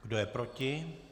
Kdo je proti?